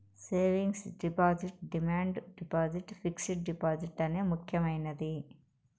savings deposit demand deposit fixed deposit అనే ముక్యమైనది